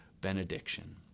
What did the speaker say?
benediction